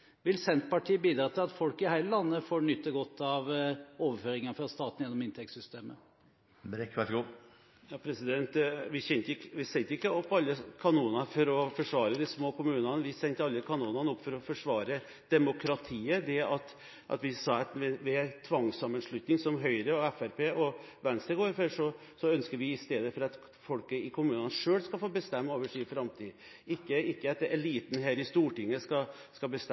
Vil Senterpartiet bidra til at folk i hele landet får nyte godt av overføringene fra staten gjennom inntektssystemet? Vi sendte ikke opp alle kanonene for å forsvare de små kommunene. Vi sendte opp alle kanonene for å forsvare demokratiet ved at vi sa at i stedet for tvangssammenslutning, som Høyre, Fremskrittspartiet og Venstre går for, ønsker vi at folk i kommunene selv skal få bestemme over sin framtid – ikke at eliten her i Stortinget skal bestemme hvor kommunegrensene skal